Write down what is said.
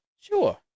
Sure